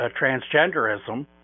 transgenderism